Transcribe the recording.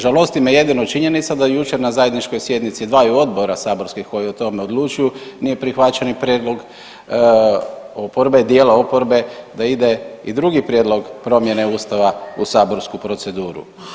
Žalosti me jedino činjenica da jučer na zajedničkoj sjednici dvaju odbora saborskih koji o tome odlučuju nije prihvaćen prijedlog oporbe, dijela oporbe da ide i drugi prijedlog promjene Ustava u saborsku proceduru.